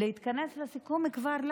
להתכנס לסיכום, כבר?